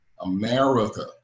America